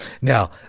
Now